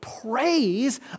praise